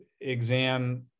exam